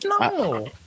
no